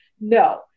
No